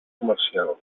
comercial